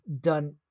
done